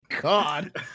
god